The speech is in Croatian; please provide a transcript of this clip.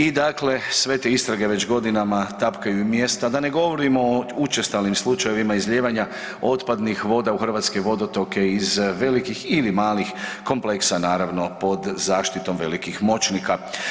I dakle, sve te istrage već godinama tapkaju u mjestu, a da ne govorimo o učestalim slučajevima izlijevanja otpadnih voda u hrvatske vodotoke iz velikih ili malih kompleksa naravno pod zaštitom velikih moćnika.